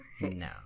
No